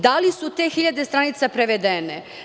Da li su te hiljade stranica prevedene?